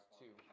two